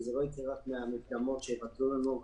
כי זה לא יקרה רק מהמקדמות שנתנו לנו.